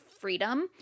freedom